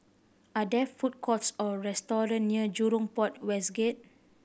are there food courts or restaurant near Jurong Port West Gate